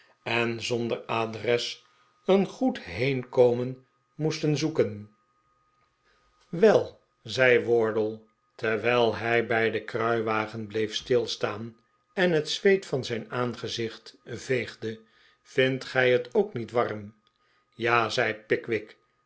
en zonder adres een goed heenkomen moesten zoeken wel zei wardle terwijl hij bij den kruiwagen bleef stilstaan en het zweet van zijn aangezicht veegde vindt gij het ook niet warm ja zei pickwick